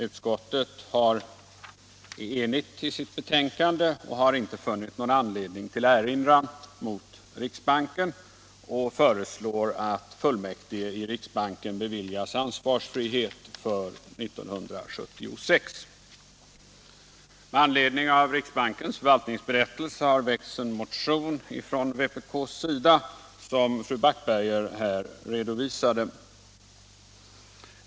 Utskottet är enigt i sitt betänkande och har inte funnit någon anledning till erinran mot riksbanken utan föreslår att fullmäktige i riksbanken beviljas ansvarsfrihet för 1976. Med anledning av riksbankens förvaltningsberättelse har det väckts en motion från vpk:s sida, som fru Backberger här redovisade.